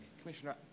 Commissioner